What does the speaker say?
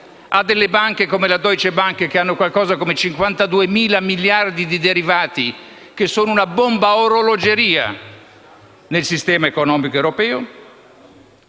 ha delle banche come la Deutsche Bank, che ha circa 52.000 miliardi di derivati, che sono una bomba ad orologeria nel sistema economico europeo.